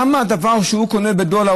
למה הדבר שהוא קונה בדולר,